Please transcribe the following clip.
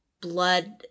blood